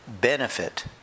benefit